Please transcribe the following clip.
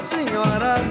Senhora